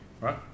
right